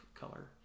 color